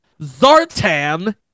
Zartan